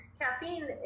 caffeine